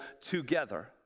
together